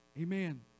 Amen